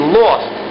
lost